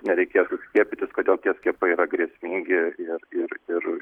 nereikėtų skiepytis kodėl tie skiepai yra grėsmingi ir ir ir